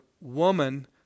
woman